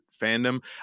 fandom